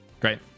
great